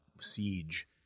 siege